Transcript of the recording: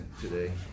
today